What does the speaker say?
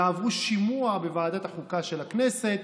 יעברו שימוע בוועדת החוקה של הכנסת,